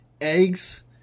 eggs